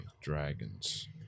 Dragons